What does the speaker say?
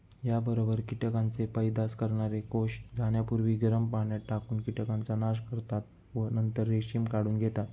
याबरोबर कीटकांचे पैदास करणारे कोष जाण्यापूर्वी गरम पाण्यात टाकून कीटकांचा नाश करतात व नंतर रेशीम काढून घेतात